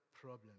problem